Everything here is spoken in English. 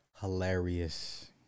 hilarious